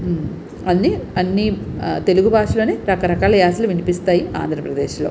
అన్నీ అన్నీ తెలుగు భాషలోనే రకరకాల యాసలు వినిపిస్తాయి ఆంధ్రప్రదేశ్లో